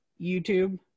YouTube